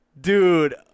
Dude